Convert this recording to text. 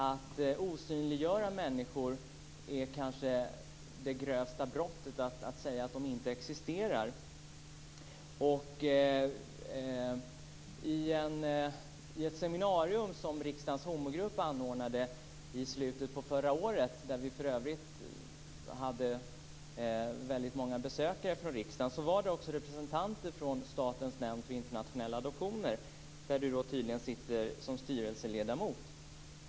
Att osynliggöra människor, att säga att de inte existerar, är det kanske grövsta brottet. Vid ett seminarium som riksdagens homogrupp anordnade i slutet på förra året och som för övrigt hade väldigt många besökare från riksdagen fanns också en representant för Statens nämnd för internationella adoptioner, där Rigmor Stenmark är styrelseledamot.